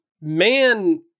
man